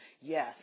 Yes